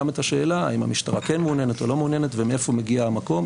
גם את השאלה האם המשטרה כן מעוניינת או לא מעוניינת ומאיפה מגיע המקום,